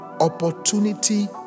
Opportunity